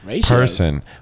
person